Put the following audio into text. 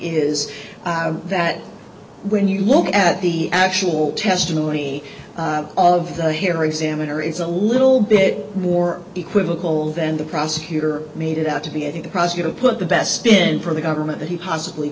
is that when you look at the actual testimony of the hair examiner it's a little bit more equivocal than the prosecutor made it out to be i think the prosecutor put the best spin from the government that he possibly